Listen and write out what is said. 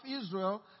Israel